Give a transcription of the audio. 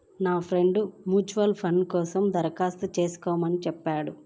నా friend mutual fund కోసం దరఖాస్తు చేస్కోమని చెప్పాడు